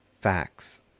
facts